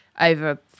over